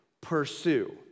pursue